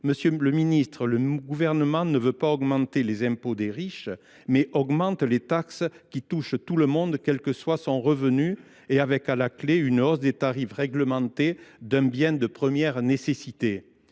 Monsieur le ministre, le Gouvernement ne veut pas augmenter les impôts des riches, mais il augmente les taxes qui touchent tout le monde, quels que soient les revenus, avec, à la clé, une hausse des tarifs réglementés d’un bien de première nécessité.